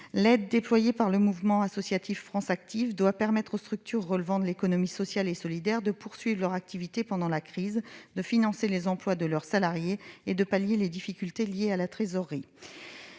L'aide déployée par le mouvement associatif France Active doit permettre aux structures relevant de l'économie sociale et solidaire de poursuivre leur activité pendant la crise, de financer les emplois de leurs salariés et de pallier les difficultés liées à la trésorerie.